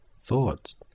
thoughts